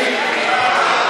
אני,